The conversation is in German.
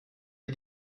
ihr